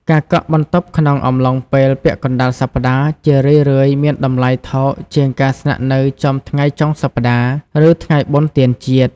ការកក់បន្ទប់ក្នុងអំឡុងពេលពាក់កណ្តាលសប្តាហ៍ ជារឿយៗមានតម្លៃថោកជាងការស្នាក់នៅចំថ្ងៃចុងសប្តាហ៍ ឬថ្ងៃបុណ្យទានជាតិ។